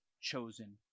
chosen